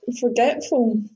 forgetful